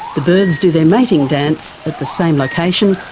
the birds do their mating dance at the same location,